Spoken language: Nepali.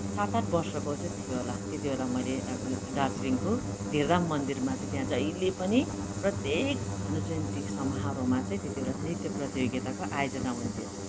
सात आठ वर्षको चाहिँ थियो होला त्यति बेला मैले दार्जिलिङको धिरधाम मन्दिरमा चाहिँ त्यहाँ जहीले पनि प्रत्येक भानु जयन्ती समारोहमा चाहिँ त्यति बेला चाहिँ नृत्य प्रतियोगिताको आयोजना हुन्थ्यो